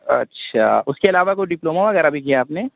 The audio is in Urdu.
اچھا اُس کے علاوہ کوئی ڈپلوما وغیرہ بھی کیا ہے آپ نے